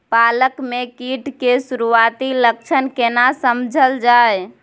पालक में कीट के सुरआती लक्षण केना समझल जाय?